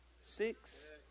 Six